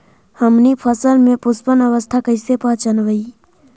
हमनी फसल में पुष्पन अवस्था कईसे पहचनबई?